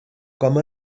com